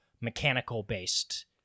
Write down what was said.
mechanical-based